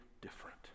different